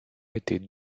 étaient